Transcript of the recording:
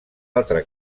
altre